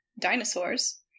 dinosaurs